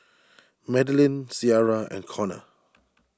Madelynn Ciarra and Conner